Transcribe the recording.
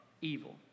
evil